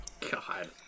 God